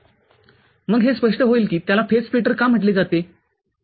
मग हे स्पष्ट होईल की त्याला फेज स्प्लिटर का म्हटले जाते